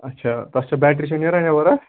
اَچھا تَتھ چھا بیٹری چھا نیران نیٚبر اتھ